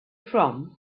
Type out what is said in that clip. from